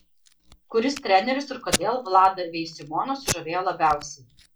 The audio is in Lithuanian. kuris treneris ir kodėl vladą bei simoną sužavėjo labiausiai